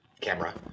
camera